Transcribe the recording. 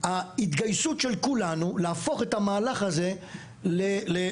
רק ההתגייסות של כולנו להפוך את המהלך הזה לאירוע.